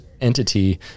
entity